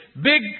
big